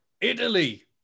Italy